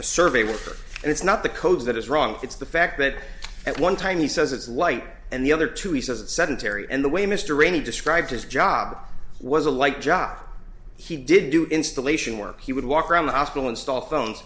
survey well it's not the code that is wrong it's the fact that at one time he says it's white and the other two he says it's sedentary and the way mr rayney described his job was a light job he didn't do installation work he would walk around the hospital install phones